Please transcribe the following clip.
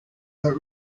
but